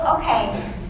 Okay